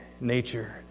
nature